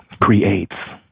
creates